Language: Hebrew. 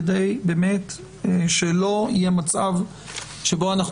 מכיוון שהוא חוק מטיב וכדי שלא יהיה מצב שבו אנחנו